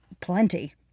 plenty